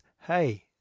hey